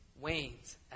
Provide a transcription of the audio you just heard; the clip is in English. wanes